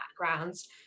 backgrounds